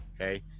okay